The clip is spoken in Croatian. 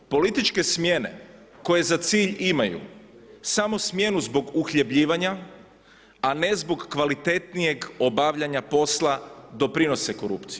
Političke smjene koje za cilj imaju samo smjenu zbog uhljebljivanja, a ne zbog kvalitetnijeg obavljanja posla doprinose korupciji.